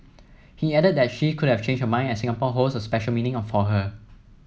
he added that she could have changed her mind as Singapore holds a special meaning for her